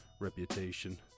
reputation